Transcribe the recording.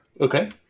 Okay